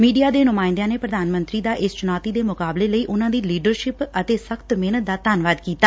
media ਦੇ ਨੁਮਾਇੰਦਿਆਂ ਨੇ ਪੁਧਾਨ ਮੰਤਰੀ ਦਾ ਇਸ ਚੁਣੌਤੀ ਦੇ ਮੁਕਾਬਲੇ ਲਈ ਉਨੁਾਂ ਦੀ ਲੀਡਰਸ਼ਿਪ ਅਤੇ ਸਖ਼ਤ ਮਿਹਨਤ ਦਾ ਧੰਨਵਾਦ ਕੀਤਾ